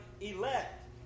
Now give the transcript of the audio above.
elect